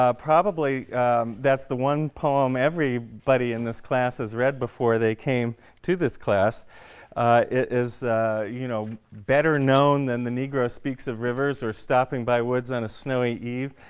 ah probably that's the one poem everybody but in this class has read before they came to this class. it is you know better known than the negro speaks of rivers or stopping by woods on a snowy evening,